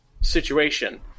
situation